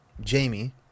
Jamie